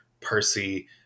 Percy